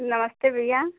नमस्ते भैया